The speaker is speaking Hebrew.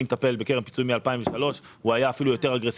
אני מטפל בקרן פיצויים מ-2003 הוא היה אפילו יותר אגרסיבי.